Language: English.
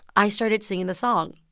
i started singing the song.